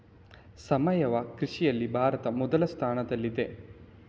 ಸಾವಯವ ಕೃಷಿಯಲ್ಲಿ ಭಾರತ ಮೊದಲ ಸ್ಥಾನದಲ್ಲಿದೆ